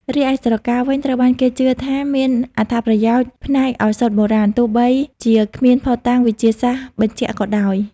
រីឯស្រកាវិញ ត្រូវបានគេជឿថាមានអត្ថប្រយោជន៍ផ្នែកឱសថបុរាណ ទោះបីជាគ្មានភស្តុតាងវិទ្យាសាស្ត្របញ្ជាក់ក៏ដោយ។